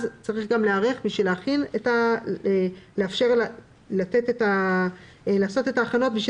אז צריך גם להיערך בשביל לאפשר לעשות הכנות כדי